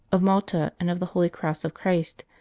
of malta, and of the holy cross of christ,